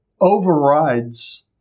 overrides